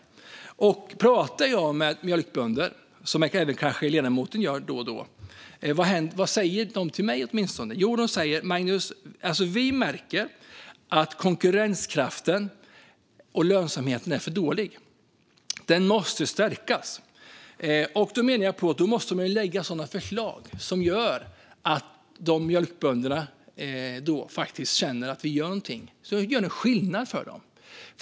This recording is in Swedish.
När jag pratar med mjölkbönder, något som kanske även ledamoten Gardfjell gör då och då, säger de till mig: Magnus, vi märker att konkurrenskraften och lönsamheten är för dålig och måste stärkas. Jag menar att då måste man lägga fram förslag som gör att dessa mjölkbönder känner att vi gör någonting som gör skillnad för dem.